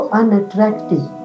unattractive